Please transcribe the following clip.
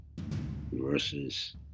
Versus